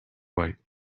white